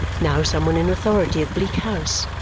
now some one in authority at bleak house.